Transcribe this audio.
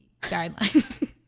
guidelines